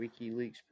WikiLeaks